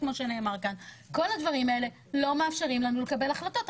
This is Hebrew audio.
לכולם יש נשמות טובות והם יודעים איפה הם לא רוצים שהחרדים יגורו,